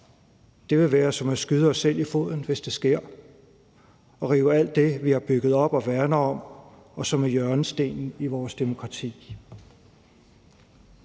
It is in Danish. Det ville være som at skyde os selv i foden, hvis det sker, og rive alt det, vi har bygget op og værner om, og som er hjørnestenen i vores demokrati,